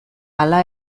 hala